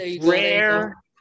rare